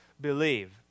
believe